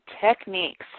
Techniques